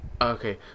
Okay